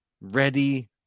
ready